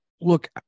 look